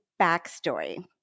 backstory